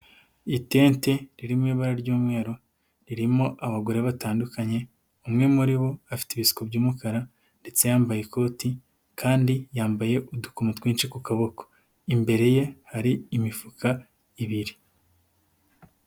Itente riririmo ibara ry'umweru, ririmo abagore batandukanye, umwe muri bo afite ibisuko by'umukara ndetse yambaye ikoti kandi yambaye udukoma twinshi ku kaboko, imbere ye hari imifuka ibiri.